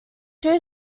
two